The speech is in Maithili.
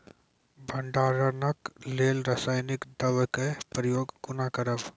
भंडारणक लेल रासायनिक दवेक प्रयोग कुना करव?